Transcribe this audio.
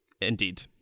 Indeed